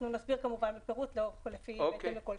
אנחנו נסביר כמובן בפירוט לכל סעיף.